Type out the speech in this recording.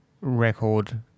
record